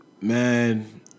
Man